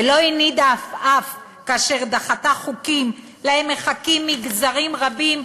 ולא הנידה עפעף כאשר דחתה חוקים שלהם מחכים מגזרים רבים,